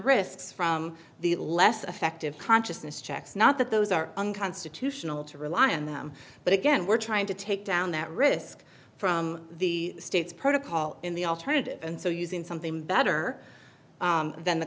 risks from the less effective consciousness checks not that those are unconstitutional to rely on them but again we're trying to take down that risk from the states protocol in the alternative and so using something better than the